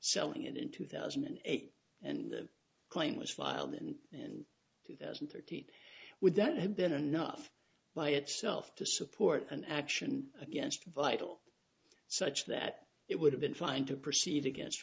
selling it in two thousand and eight and the claim was filed in and two thousand thirty eight would that have been enough by itself to support an action against vital such that it would have been fine to proceed against